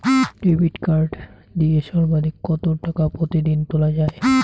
Debit card দিয়ে সর্বাধিক কত টাকা প্রতিদিন তোলা য়ায়?